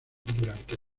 durante